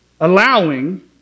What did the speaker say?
allowing